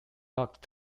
dock